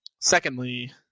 secondly